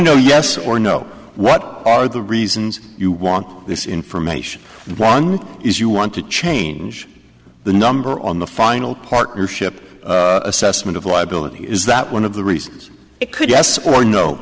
know yes or no what are the reasons you want this information one is you want to change the number on the final partnership assessment of liability is that one of the reasons it could yes or no